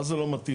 מה זה לא מתאים?